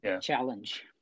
challenge